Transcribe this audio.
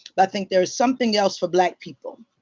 but i think there is something else for black people.